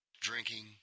drinking